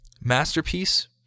Masterpiece